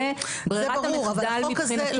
זאת ברירת המחדל מבחינתנו.